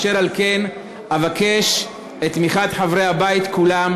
אשר על כן, אבקש את תמיכת חברי הבית כולם